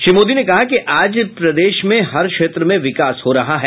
श्री मोदी ने कहा कि आज प्रदेश में हर क्षेत्र में विकास हो रहा है